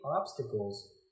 obstacles